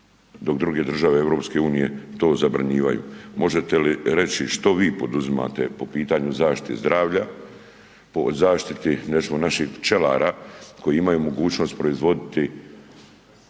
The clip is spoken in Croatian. dok druge države EU to zabranjivaju. Možete li reći što vi poduzimate po pitanju zaštite zdravlja o zaštiti naših pčelara koji imaju mogućnost proizvoditi